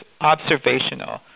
observational